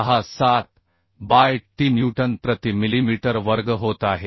67 by t newton प्रति millimetre वर्ग होत आहे